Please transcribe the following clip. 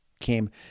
came